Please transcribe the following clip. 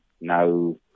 No